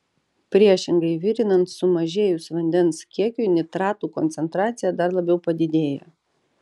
priešingai virinant sumažėjus vandens kiekiui nitratų koncentracija dar labiau padidėja